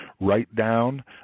write-down